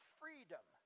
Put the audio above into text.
freedom